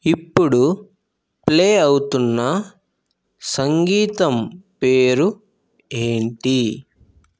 ఇప్పుడు ప్లే అవుతున్న సంగీతం పేరు ఏంటి